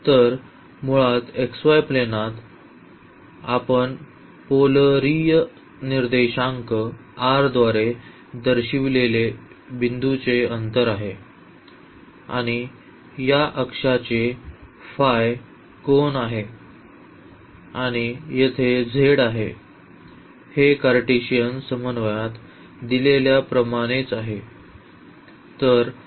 तर मुळात xy प्लेनात आपण पोलरीय निर्देशांक r द्वारे दर्शविलेले बिंदूचे अंतर आहे आणि या x अक्षाचे कोन आहे आणि येथे z आहे हे कार्टेशियन समन्वयात दिलेल्या प्रमाणेच आहे